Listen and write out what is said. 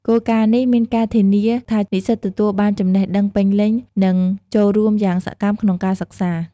គោលការណ៍នេះមានការធានាថា និស្សិតទទួលបានចំណេះដឹងពេញលេញ និងចូលរួមយ៉ាងសកម្មក្នុងការសិក្សា។